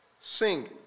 Sing